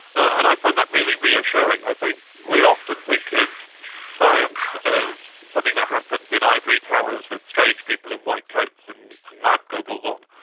and i find that really reassuring. i think we often think of science as something that happens in ivory towers with strange people in white coats and lab goggles on,